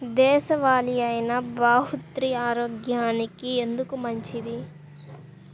దేశవాలి అయినా బహ్రూతి ఆరోగ్యానికి ఎందుకు మంచిది?